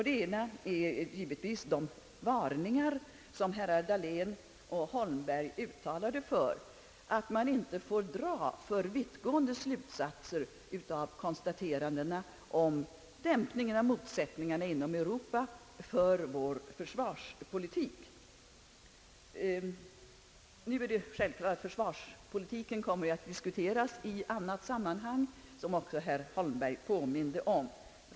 Den ena frågan gäller de varningar som herrar Dahlén och Holmberg uttalade, nämligen att man för vår försvarspolitik inte får dra för vittgående slutsatser av konstaterandena om en dämpning av motsättningarna inom Europa. Försvarspolitiken kommer ju att diskuteras i annat sammanhang, vilket herr Holmberg också påminde om.